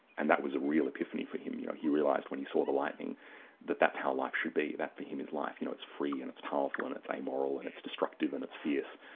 and that was a real epiphany for him. yeah he realised when he saw the lightning that that's how life should be, that for him is life, you know, it's free, and it's powerful and it's amoral and it's destructive and it's fierce.